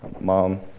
Mom